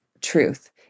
truth